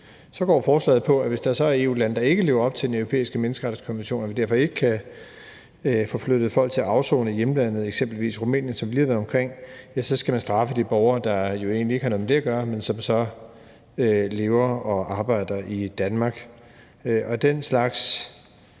Så går forslaget på, at hvis der så er EU-lande, der ikke lever op til Den Europæiske Menneskerettighedskonvention, og vi derfor ikke kan få flyttet folk til afsoning i hjemlandet, eksempelvis Rumænien, som vi lige har været omkring, skal vi straffe de borgere, der jo egentlig ikke har noget med det at gøre, men som lever og arbejder i Danmark. Den slags